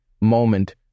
moment